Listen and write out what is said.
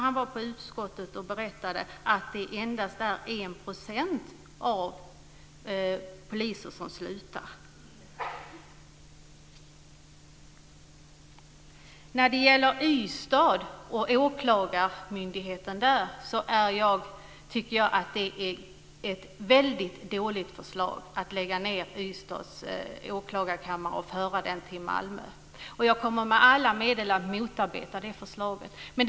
Han berättade i utskottet att endast Det är ett dåligt förslag att lägga ned Ystads åklagarkammare och föra den till Malmö. Jag kommer att motarbeta det förslaget med alla medel.